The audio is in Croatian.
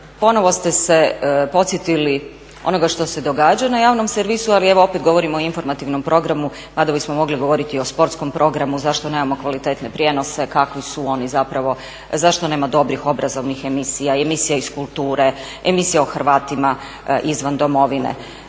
ponovno ste se podsjetili onoga što se događa na javnom servisu, ali evo opet govorimo o informativnom programu mada bismo mogli govoriti i o sportskom programu, zašto nemamo kvalitetne prijenose, kakvi su oni zapravo, zašto nema dobrih obrazovnih emisija, emisija iz kulture, emisija o Hrvatima izvan Domovine.